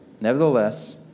Nevertheless